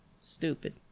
stupid